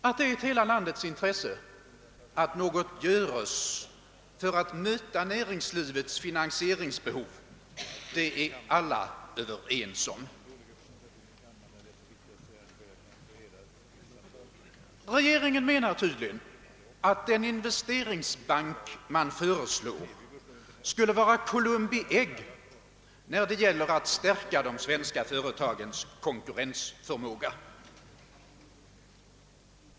Att det är ett hela landets intresse att något göres för att möta näringslivets finansieringsbehov är alla överens om. Regeringen menar tydligen att den investeringsbank man föreslår skulle vara ett Columbi ägg när det gäller att stärka de svenska företagens konkurrensförmåga.